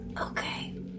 Okay